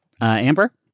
Amber